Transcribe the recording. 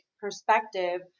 perspective